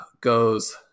goes